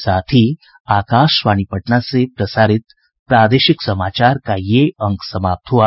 इसके साथ ही आकाशवाणी पटना से प्रसारित प्रादेशिक समाचार का ये अंक समाप्त हुआ